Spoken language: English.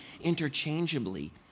interchangeably